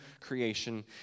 creation